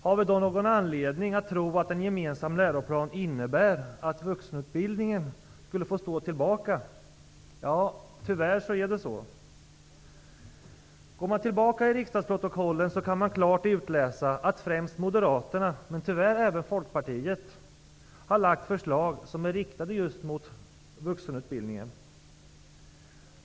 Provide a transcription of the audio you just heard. Har vi då någon anledning att tro att en gemensam läroplan innebär att vuxenutbildningen får stå tillbaka? Ja, tyvärr är det så. Går man tillbaka i riksdagsprotokollen kan man klart utläsa att främst Moderaterna, men tyvärr även Folkpartiet, har lagt fram förslag som är riktade just mot vuxenutbildningen.